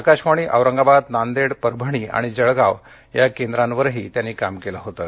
आकाशवाणी औरंगाबाद नांदेड परभणी आणि जळगाव या केंद्रांवरही त्यांनीकाम केलं होतं